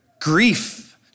grief